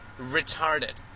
retarded